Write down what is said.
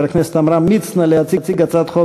חבר הכנסת עמרם מצנע להציג את הצעת חוק